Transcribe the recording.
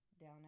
down